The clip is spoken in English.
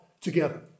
together